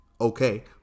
okay